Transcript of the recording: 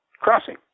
crossing